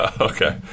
Okay